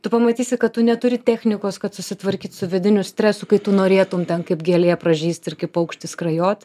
tu pamatysi kad tu neturi technikos kad susitvarkyt su vidiniu stresu kai tu norėtum ten kaip gėlė pražyst ir kaip paukštis skrajot